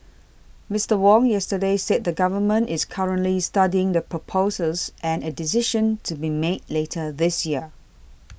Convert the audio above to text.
Mister Wong yesterday said the Government is currently studying the proposals and a decision to be made later this year